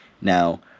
Now